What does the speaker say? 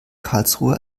karlsruhe